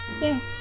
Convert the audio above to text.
Yes